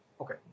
Okay